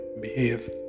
behave